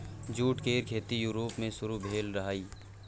jute केर खेती Europe मे शुरु भेल रहइ